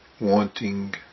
wanting